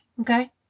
Okay